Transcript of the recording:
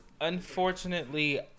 unfortunately